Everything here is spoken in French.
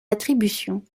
attributions